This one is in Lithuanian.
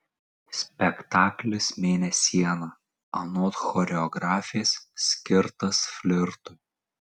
spektaklis mėnesiena anot choreografės skirtas flirtui